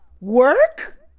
Work